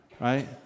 right